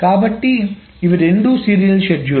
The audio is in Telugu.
కాబట్టి ఇవి రెండు సీరియల్ షెడ్యూల్